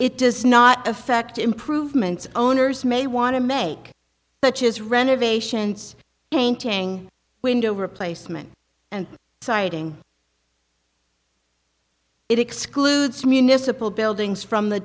it does not affect improvements owners may want to make such as renovations painting window replacement and citing it excludes municipal buildings from the